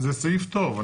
זה סעיף טוב.